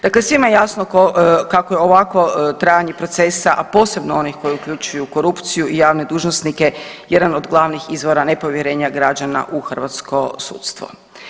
Dakle, svima je jasno kako je ovakvo trajanje procesa, a posebno onih koji uključuju korupciju i javne dužnosnike jedan od glavnih izvora nepovjerenja građana u hrvatsko sudstvo.